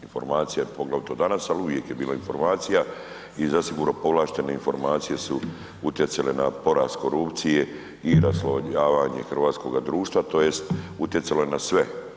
Informacija poglavito danas, ali uvijek je bila informacija i zasigurno povlaštene informacije su utjecale na porast korupcije i raslojavanje hrvatskoga društva tj. utjecalo je na sve.